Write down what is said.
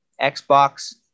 Xbox